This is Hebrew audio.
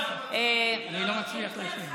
אני לא מצליח להשיב.